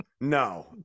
no